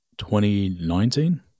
2019